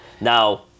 Now